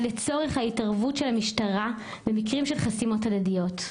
לצורך התערבות המשטרה במקרים של חסימות הדדיות.